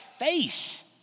face